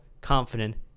confident